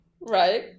Right